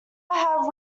have